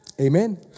Amen